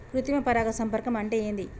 కృత్రిమ పరాగ సంపర్కం అంటే ఏంది?